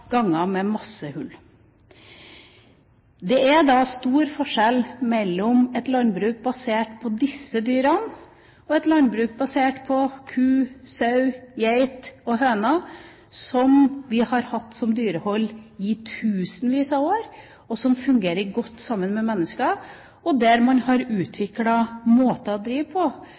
ganger med masse hull. Det er stor forskjell mellom et landbruk basert på disse dyrene og et landbruk basert på ku, sau, geit og høner, som vi har hatt som dyrehold i tusenvis av år, og som fungerer godt sammen med mennesker, og der man har utviklet måter å drive på